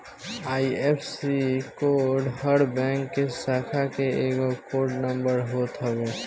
IFSC code हर bank के शाखा के एगो कोड नंबर होत हवे